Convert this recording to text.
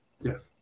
Yes